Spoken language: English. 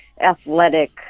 athletic